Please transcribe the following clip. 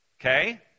okay